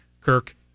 Kirk